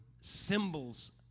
symbols